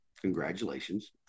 congratulations